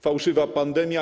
Fałszywa pandemia.